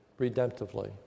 redemptively